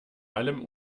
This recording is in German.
allem